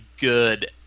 good